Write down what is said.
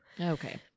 Okay